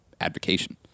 advocation